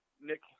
Nick